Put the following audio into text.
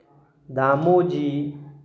Damoji